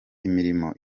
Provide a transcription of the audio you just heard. imirimo